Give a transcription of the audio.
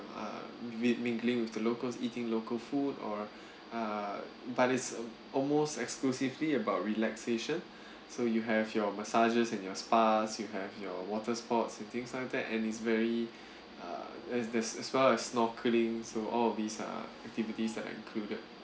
uh with mingling with the locals eating local food or uh but it's almost exclusively about relaxation so you have your massages and your spas you have your water sports and things like that and it's very uh as there's as well as snorkeling so all of these are activities that are included